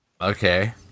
Okay